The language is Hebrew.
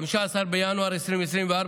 15 בינואר 2024,